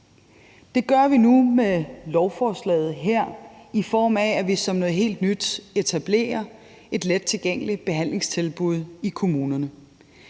Det gør vi nu med lovforslaget her, i form af at vi som noget helt nyt etablerer et lettilgængeligt behandlingstilbud i kommunerne.